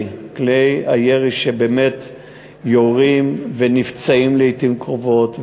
הירי שיורים ופוצעים לעתים קרובות,